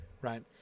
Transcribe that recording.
right